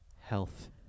health